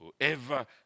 Whoever